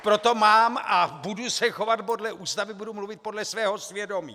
Proto mám a budu se chovat podle Ústavy, budu mluvit podle svého svědomí!